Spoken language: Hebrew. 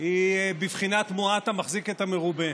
היא בבחינת מועט המחזיק את המרובה.